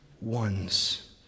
ones